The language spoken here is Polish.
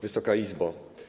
Wysoka Izbo!